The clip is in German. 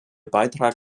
beitrag